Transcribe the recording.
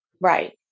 Right